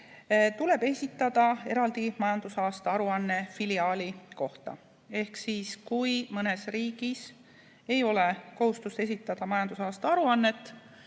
tuleb esitada eraldi majandusaasta aruanne filiaali kohta. Ehk kui mõnes riigis ei ole kohustust esitada majandusaasta aruannet,